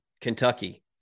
Kentucky